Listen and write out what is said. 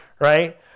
right